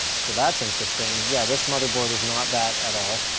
so that's interesting. yeah, this motherboard is not that at all.